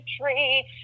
tree